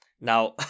Now